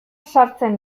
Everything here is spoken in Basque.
sartzen